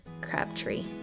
Crabtree